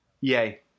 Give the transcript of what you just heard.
Yay